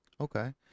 Okay